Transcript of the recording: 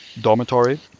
dormitory